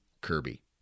Kirby